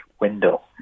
window